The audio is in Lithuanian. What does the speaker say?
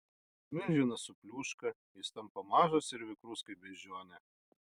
milžinas supliūška jis tampa mažas ir vikrus kaip beždžionė